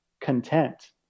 content